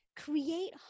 Create